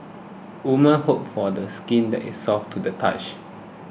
woman hope for the skin that is soft to the touch